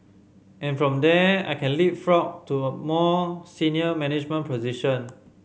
and from there I can leapfrog to a more senior management position